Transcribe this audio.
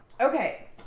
Okay